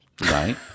right